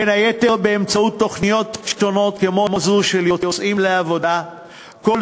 בין היתר באמצעות תוכניות שונות כמו זו של "יוצאים לעבודה"; כל